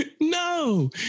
No